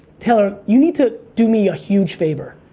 taylor, you need to do me a huge favor.